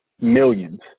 millions